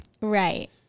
Right